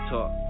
Talk